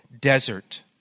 desert